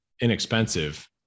inexpensive